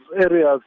areas